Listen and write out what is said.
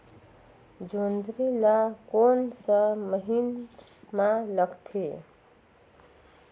जोंदरी ला कोन सा महीन मां लगथे?